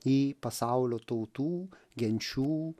į pasaulio tautų genčių